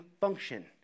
function